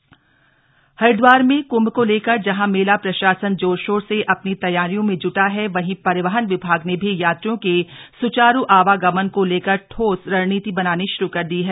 कुंभ तैयारियां हॉरेद्वार में कुंभ को लेकर जहां मेला प्रशासन जोर शोर से अपनी तैयारियों में जुटा है वहीं परिवहन विभाग ने भी यात्रियों के सुचारू आवागमन को लेकर ठोस रणनीति बनानी शुरू कर दी है